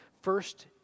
First